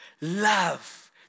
love